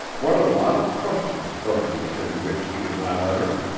what a lot of questions burned within which he could not utter!